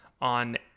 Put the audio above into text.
on